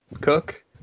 cook